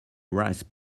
rice